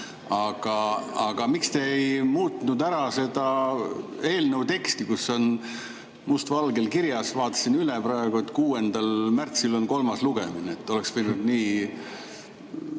Miks te ei muutnud ära seda eelnõu teksti, kus on mustvalgel kirjas, vaatasin üle praegu, et 6. märtsil on kolmas lugemine. Oleks võinud